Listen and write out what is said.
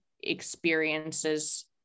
experiences